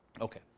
Okay